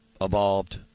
evolved